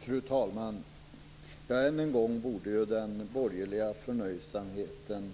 Fru talman! Än en gång borde den borgerliga förnöjsamheten